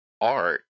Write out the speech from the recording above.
art